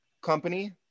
company